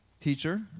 teacher